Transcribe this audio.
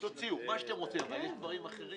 כן.